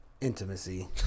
intimacy